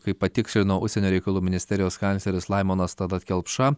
kaip patikslino užsienio reikalų ministerijos kancleris laimonas talat kelpša